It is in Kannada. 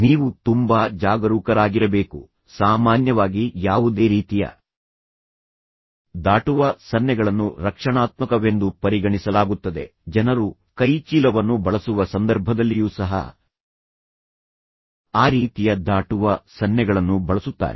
ನೀವು ತುಂಬಾ ಜಾಗರೂಕರಾಗಿರಬೇಕು ಸಾಮಾನ್ಯವಾಗಿ ಯಾವುದೇ ರೀತಿಯ ದಾಟುವ ಸನ್ನೆಗಳನ್ನು ರಕ್ಷಣಾತ್ಮಕವೆಂದು ಪರಿಗಣಿಸಲಾಗುತ್ತದೆ ಜನರು ಕೈಚೀಲವನ್ನು ಬಳಸುವ ಸಂದರ್ಭದಲ್ಲಿಯೂ ಸಹ ಆ ರೀತಿಯ ದಾಟುವ ಸನ್ನೆಗಳನ್ನು ಬಳಸುತ್ತಾರೆ